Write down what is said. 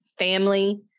Family